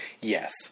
yes